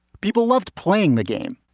people loved playing the game,